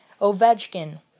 Ovechkin